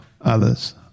others